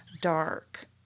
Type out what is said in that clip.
Dark